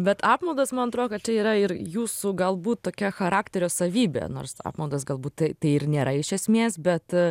bet apmaudas man atrodo kad čia yra ir jūsų galbūt tokia charakterio savybė nors apmaudas galbūt tai ir nėra iš esmės bet